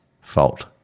fault